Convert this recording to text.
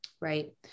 Right